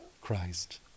Christ